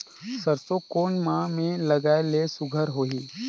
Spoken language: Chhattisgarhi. सरसो कोन माह मे लगाय ले सुघ्घर होही?